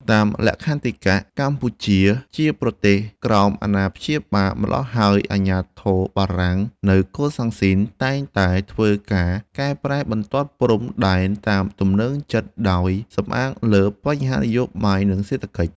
តាមលក្ខន្តិកៈ កម្ពុជា ជាប្រទេសក្រោម អាណាព្យាបាល ម្ល៉ោះហើយអាជ្ញាធរបារាំងនៅកូសាំងស៊ីន តែងតែធ្វើការកែប្រែបន្ទាត់ព្រំ ដែនតាមទំនើងចិត្តដោយ សំអាងលើបញ្ហានយោបាយ និងសេដ្ឋកិច្ច។